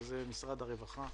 משרד הרווחה.